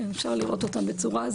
אפשר לראות אותם בצורה,